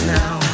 now